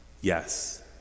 Yes